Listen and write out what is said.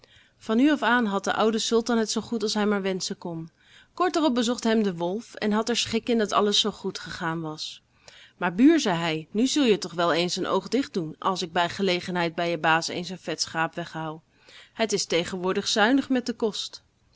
van nu af aan had de oude sultan het zoo goed als hij maar wenschen kon kort daarop bezocht hem de wolf en had er schik in dat alles zoo goed gegaan was maar buur zei hij nu zul je toch wel eens een oog dicht doen als ik bij gelegenheid bij je baas eens een vet schaap weghaal het is tegenwoordig zuinig met de kost